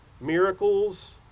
miracles